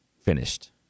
finished